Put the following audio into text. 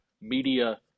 media